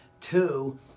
Two